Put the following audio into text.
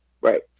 Right